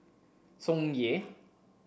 Tsung Yeh